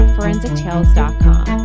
ForensicTales.com